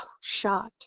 shocked